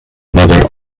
mother